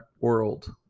world